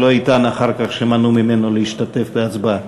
שלא יטען אחר כך שמנעו ממנו להשתתף בהצבעה.